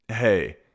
Hey